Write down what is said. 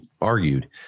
argued